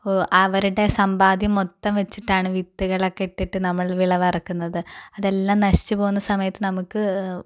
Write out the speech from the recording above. അവരുടെ സമ്പാദ്യം മൊത്തം വച്ചിട്ടാണ് വിത്തുകളൊക്കെ ഇട്ടിട്ട് നമ്മൾ വിളവ് ഇറുക്കുന്നത് അതെല്ലാം നശിച്ചു പോകുന്ന സമയത്ത് നമുക്ക്